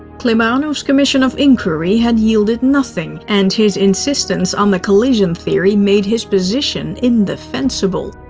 klebanov's commission of inquiry had yielded nothing, and his insistence on the collision theory made his position indefensible.